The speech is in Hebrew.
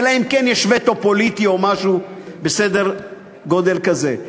אלא אם כן יש וטו פוליטי או משהו בסדר גודל כזה.